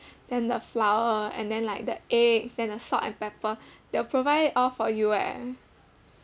then the flour and then like the eggs then the salt and pepper they will provide it all for you leh